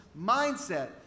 mindset